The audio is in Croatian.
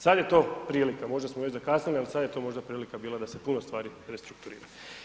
Sad je to prilika, možda smo već zakasnili ali sad je to možda prilika bila da se puno stvari restrukturira.